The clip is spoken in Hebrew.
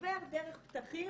עובר דרך פתחים